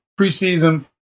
preseason